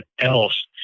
else